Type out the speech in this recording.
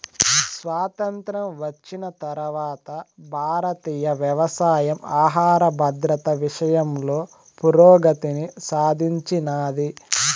స్వాతంత్ర్యం వచ్చిన తరవాత భారతీయ వ్యవసాయం ఆహర భద్రత విషయంలో పురోగతిని సాధించినాది